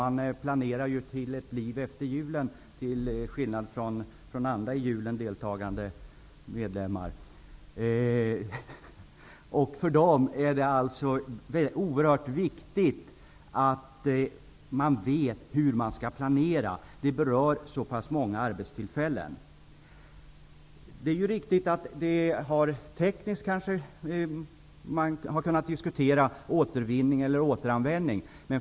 Man planerar för ett liv efter jul, till skillnad från andra som deltar i julfirandet. För dessa bryggerier är det oerhört viktigt att de vet hur de skall planera. Det här berör så pass många arbetstillfällen. Det är riktigt att man tekniskt har kunnat diskutera återvinning eller återanvänding.